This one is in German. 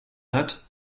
hat